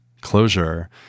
closure